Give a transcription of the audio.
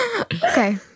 Okay